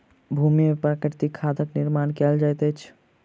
भूमि में प्राकृतिक खादक निर्माण कयल जाइत अछि